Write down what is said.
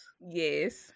Yes